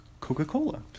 Coca-Cola